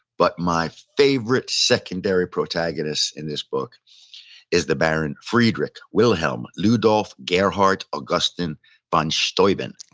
but my favorite secondary protagonist in this book is the baron friedrich wilhelm ludolf gerhard augustin von steuben.